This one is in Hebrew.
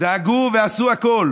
דאגו ועשו הכול